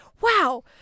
wow